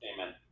Amen